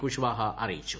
കുഷ്വാഹാ അറിയിച്ചു